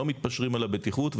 לא מתפשרים על הבטיחות,